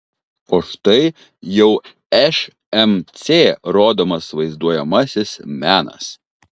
o štai jau šmc rodomas vaizduojamasis menas